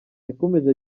yakomeje